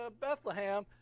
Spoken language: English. Bethlehem